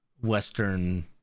Western